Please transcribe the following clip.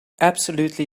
absolutely